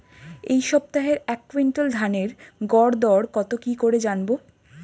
এই সপ্তাহের এক কুইন্টাল ধানের গর দর কত কি করে জানবো?